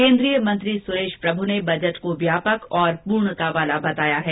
केन्द्रीय मंत्री सुरेश प्रभु ने बजट को व्यापक और पूर्णता वाला बताया है